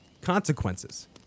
consequences